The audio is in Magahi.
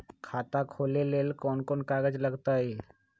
खाता खोले ले कौन कौन कागज लगतै?